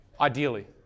Ideally